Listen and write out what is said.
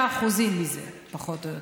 5% מזה, פחות או יותר,